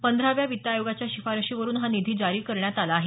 पंधराव्या वित्त आयोगाच्या शिफारशीवरुन हा निधी जारी करण्यात आला आहे